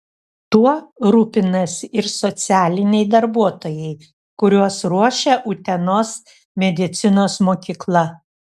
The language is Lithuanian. tuo rūpinasi ir socialiniai darbuotojai kuriuos ruošia utenos medicinos mokykla